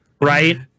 Right